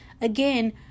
Again